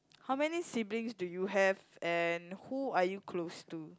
how many siblings do you have and who are you close to